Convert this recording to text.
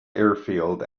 airfield